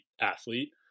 athlete